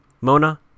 Mona